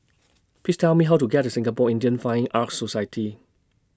Please Tell Me How to get to Singapore Indian Fine Arts Society